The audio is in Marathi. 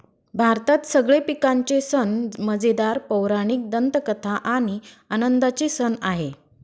भारतात सगळे पिकांचे सण मजेदार, पौराणिक दंतकथा आणि आनंदाचे सण आहे